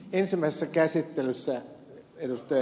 ensimmäisessä käsittelyssä ed